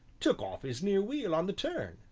took off his near wheel on the turn,